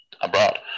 abroad